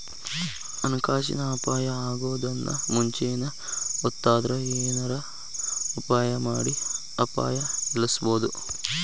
ಹಣಕಾಸಿನ್ ಅಪಾಯಾ ಅಗೊದನ್ನ ಮುಂಚೇನ ಗೊತ್ತಾದ್ರ ಏನರ ಉಪಾಯಮಾಡಿ ಅಪಾಯ ನಿಲ್ಲಸ್ಬೊದು